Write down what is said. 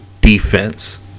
defense